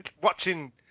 watching